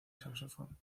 saxofón